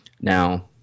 Now